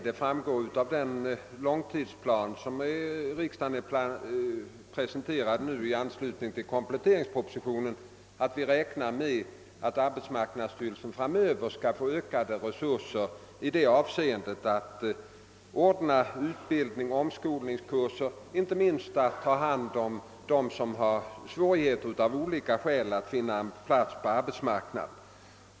Det framgår av den långtidsplan som presenterats riksdagen nu i anslutning till kompletteringspropositionen att vi räknar med att arbetsmarknadsstyrelsen framöver skall få ökade resurser i fråga om att ordna utbildning och omskolningskurser och inte minst ta hand om dem som av olika skäl har svårigheter att finna en plats på arbetsmarknaden.